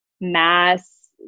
mass